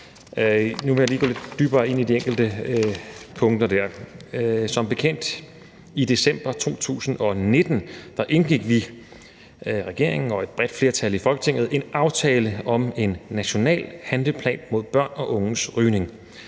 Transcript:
Nu vil jeg lige gå lidt dybere ned i de enkelte punkter. Som bekendt indgik vi, regeringen og et bredt flertal i Folketinget, i december 2019 en aftale om en national handleplan mod børn og unges rygning.